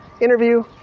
interview